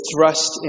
thrust